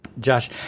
Josh